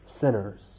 sinners